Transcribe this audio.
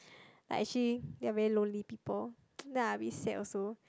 like actually they are very lonely people then I a bit sad also